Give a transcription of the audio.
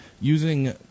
using